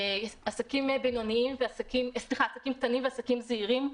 עסקים קטנים ועסקים זעירים,